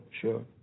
Sure